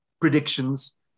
predictions